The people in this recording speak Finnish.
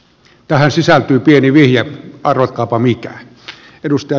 tähän sisältyy pieni vihje arvatkaapa mikä